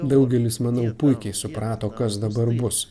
daugelis manau puikiai suprato kas dabar bus